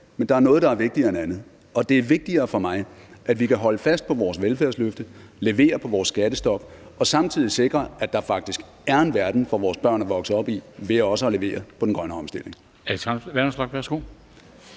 men der er noget, der er vigtigere end andet. Og det er vigtigere for mig, at vi kan holde fast ved vores velfærdsløfte, levere på vores skattestop og samtidig sikre, at der faktisk er en verden for vores børn at vokse op i ved også at levere på den grønne omstilling.